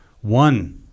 one